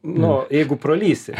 nu jeigu pralįsi